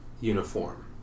uniform